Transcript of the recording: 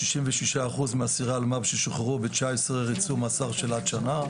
שישים ושישה אחוז מאסירי אלמ"ב ששוחררו ריצו מעשר של עד שנה,